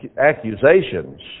accusations